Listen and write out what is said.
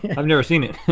i've never seen it.